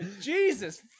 Jesus